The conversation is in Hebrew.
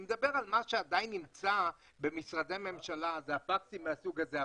אני מדבר על מה שעדיין נמצא במשרדי הממשלה ואלה הפקסים מהסוג הזה.